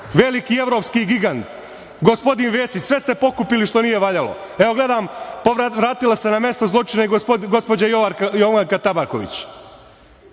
Veliki evropski gigant, gospodin Vesić. Sve ste pokupili što nije valjalo. Gledam, vratila se na mesto zločina i gospođa Jorgovanka Tabaković.